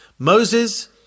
Moses